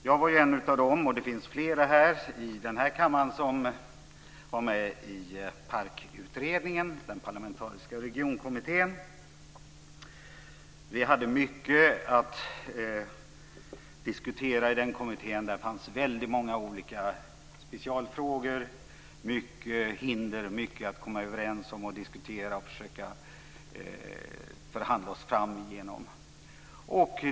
Jag var en av dem - flera finns här i kammaren - som var med i PARK-utredningen, den parlamentariska regionkommittén. Vi hade mycket att diskutera i den kommittén. Där fanns många olika specialfrågor och mycket hinder, liksom mycket att komma överens om, diskutera och försöka förhandla sig igenom.